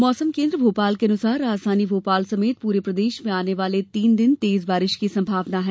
मौसम केंद्र भोपाल के अनुसार राजधानी भोपाल समेत पूरे प्रदेश में आने वाले तीन दिन तेज़ बारिश की सम्भावना है